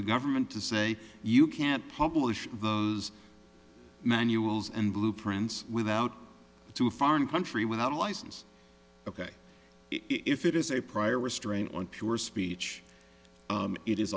the government to say you can't publish the manuals and blueprints without to a foreign country without a license ok if it is a prior restraint on pure speech it is